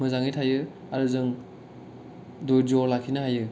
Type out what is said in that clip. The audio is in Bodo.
मोजाङै थायो आरो जों धैज' लाखिनो हायो